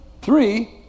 Three